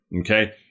Okay